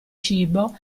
cibo